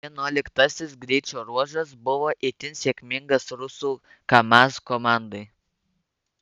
vienuoliktasis greičio ruožas buvo itin sėkmingas rusų kamaz komandai